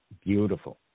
Beautiful